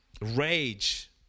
rage